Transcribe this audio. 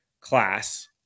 class